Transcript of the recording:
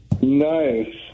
Nice